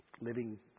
living